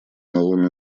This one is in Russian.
новыми